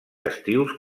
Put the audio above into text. estius